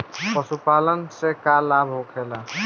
पशुपालन से का लाभ होखेला?